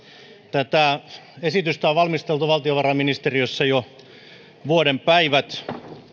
tätä esitystä on valmisteltu valtiovarainministeriössä jo vuoden päivät